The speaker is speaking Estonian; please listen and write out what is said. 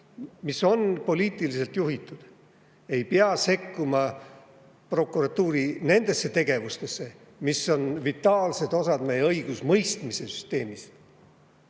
mis on poliitiliselt juhitud, sekkuma prokuratuuri nendesse tegevustesse, mis on vitaalsed osad meie õigusemõistmise süsteemis.